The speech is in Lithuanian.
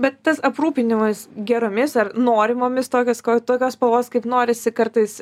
bet tas aprūpinimas geromis ar norimomis tokios ko tokios spalvos kaip norisi kartais